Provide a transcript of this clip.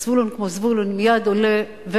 וזבולון, כמו זבולון, מייד עולה.